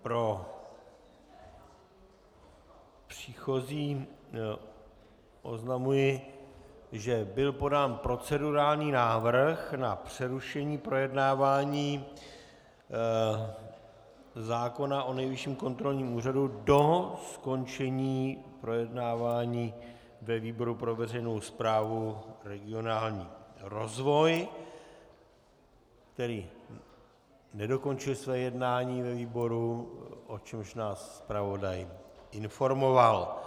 Pro příchozí oznamuji, že byl podán procedurální návrh na přerušení projednávání zákona o Nejvyšším kontrolním úřadu do skončení projednávání ve výboru pro veřejnou správu a regionální rozvoj, který nedokončil svoje jednání ve výboru, o čemž nás zpravodaj informoval.